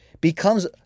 becomes